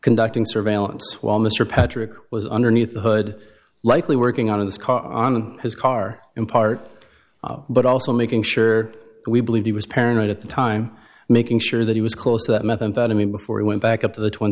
conducting surveillance while mr patrick was underneath the hood likely working out of this car on his car in part but also making sure we believe he was paranoid at the time making sure that he was close to that methamphetamine before he went back up to the twin